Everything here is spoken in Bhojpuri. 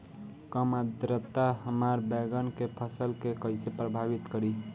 कम आद्रता हमार बैगन के फसल के कइसे प्रभावित करी?